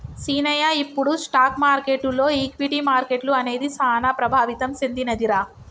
సీనయ్య ఇప్పుడు స్టాక్ మార్కెటులో ఈక్విటీ మార్కెట్లు అనేది సాన ప్రభావితం సెందినదిరా